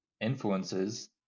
influences